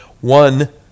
One